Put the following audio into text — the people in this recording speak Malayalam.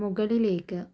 മുകളിലേക്ക്